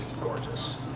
gorgeous